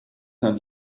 saint